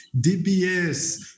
DBS